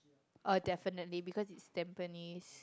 uh definitely because is Tampines